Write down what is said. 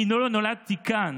אני לא נולדתי כאן,